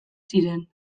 ziren